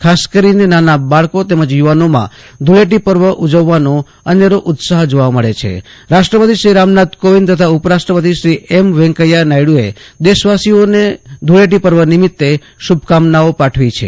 ખાસ કરીને નાના બાળકો તેમજ યુવાનોમાં ધુળેટી પર્વ ઉજવવાનો અનેરો ઉત્સાહ જોવા મળે છે રાષ્ટ્રપતિ શ્રી રામનાથ કોવિંદ તથા ઉપ રાષ્ટ્રપતિ શ્રી વૈંકેથા નાયડુએ દેશવાસીઓને ધૂળેટી પર્વ નિમિત્તે શુલેચ્છાઓ પાઠવી છે